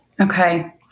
Okay